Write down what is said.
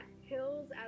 hills